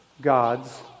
God's